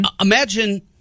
Imagine